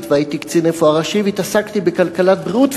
והייתי קצין רפואה ראשי והתעסקתי בכלכלת בריאות,